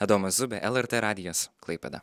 adomas zubė lrt radijas klaipėda